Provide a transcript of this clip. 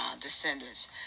descendants